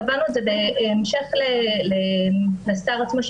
קבענו את זה בהמשך לשר עצמו,